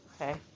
okay